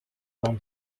vents